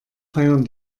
feiern